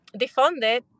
defunded